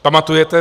Pamatujete?